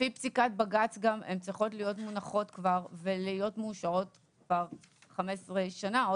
לפי פסיקת בג"ץ הן צריכות להיות מונחות כבר ולהיות מאושרות כבר 15 שנה,